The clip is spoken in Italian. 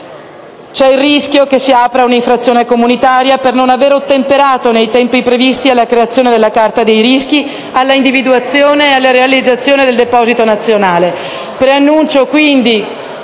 C'è il rischio che si apra un'infrazione comunitaria per non aver ottemperato nei tempi previsti alla creazione della Carta dei rischi e all'individuazione e alla realizzazione del deposito nazionale. Sottolineo, quindi,